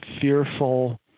fearful